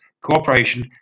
cooperation